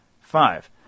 Five